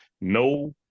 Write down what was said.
no